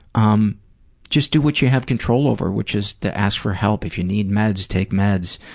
um just do what you have control over, which is to ask for help if you need meds, take meds,